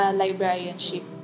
librarianship